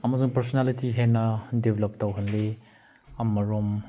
ꯑꯃꯁꯨꯡ ꯄꯔꯁꯅꯦꯂꯤꯇꯤ ꯍꯦꯟꯅ ꯗꯦꯕꯦꯂꯞ ꯇꯧꯍꯜꯂꯤ ꯑꯃꯔꯣꯝ